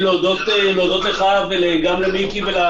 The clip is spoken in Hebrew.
בוודאי, אבל כשנודיע לך, בעזרת השם, וזה כבר